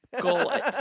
gullet